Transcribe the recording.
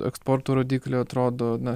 eksporto rodikliai atrodo na